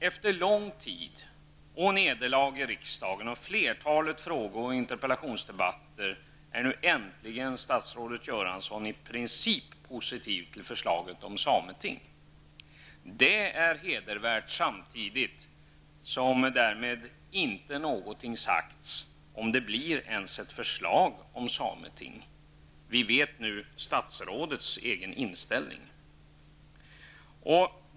Efter lång tids nederlag i riksdagen och flertalet fråge och interpellationsdebatter är nu äntligen statsrådet Göransson i princip positiv till förslaget om sameting. Det är hedervärt, men samtidigt har ingenting sagts om det ens blir ett förslag om sameting. Vi vet nu statsrådets egen inställning.